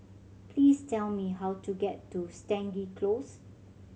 please tell me how to get to Stangee Close